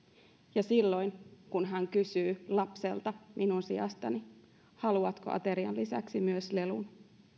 ja silloin kun hän kysyy lapselta minun sijastani haluatko aterian lisäksi myös lelun